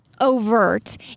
overt